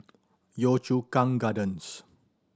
Yio Chu Kang Gardens